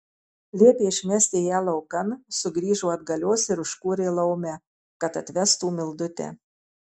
liepė išmesti ją laukan sugrįžo atgalios ir užkūrė laumę kad atvestų mildutę